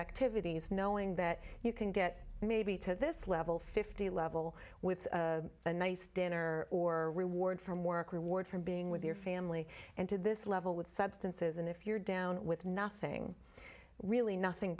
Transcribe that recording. activities knowing that you can get maybe to this level fifty level with a nice dinner or reward from work reward from being with your family and to this level with substances and if you're down with nothing really nothing